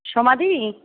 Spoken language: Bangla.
সোমাদি